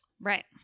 Right